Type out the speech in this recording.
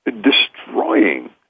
destroying